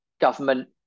government